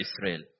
Israel